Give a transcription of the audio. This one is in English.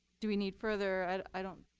do we need further. i don't